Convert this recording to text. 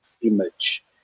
image